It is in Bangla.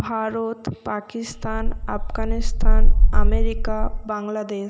ভারত পাকিস্তান আফগানিস্তান আমেরিকা বাংলাদেশ